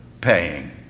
paying